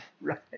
Right